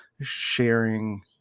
sharing